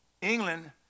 England